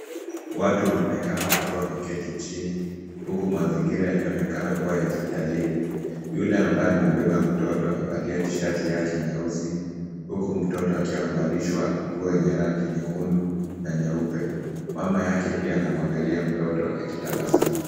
Watu wanaonekana wakiwa wameketi chini huku mazingira yakionekana kuwa ya hospitalini. Yule ambaye amembeba mtoto , amevalia t-shirt yake nyeusi huku mtoto akiwa amevalishwa nguo yenye rangi nyekundu na nyeupe. Mama yake pia anamwangalia mtoto akitabasamu.